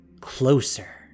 Closer